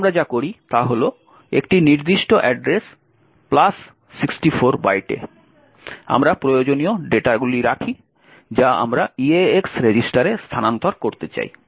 তাই আমরা যা করি তা হল একটি নির্দিষ্ট অ্যাড্রেস 64 বাইটে আমরা প্রয়োজনীয় ডেটা রাখি যা আমরা eax রেজিস্টারে স্থানান্তর করতে চাই